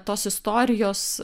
tos istorijos